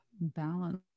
balance